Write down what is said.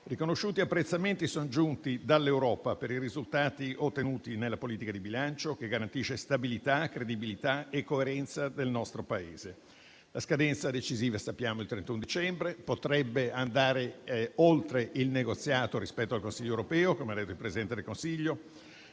Riconosciuti apprezzamenti sono giunti dall'Europa per i risultati ottenuti nella politica di bilancio, che garantisce stabilità, credibilità e coerenza del nostro Paese. La scadenza decisiva, come sappiamo, è il 31 dicembre: potrebbe andare oltre il negoziato rispetto al Consiglio europeo, come ha detto il Presidente del Consiglio,